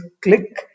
click